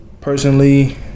Personally